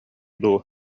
дуу